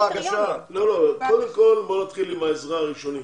קודם כל בואו נתחיל עם העזרה הראשונית.